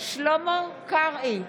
שלמה קרעי,